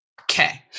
Okay